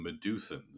Medusans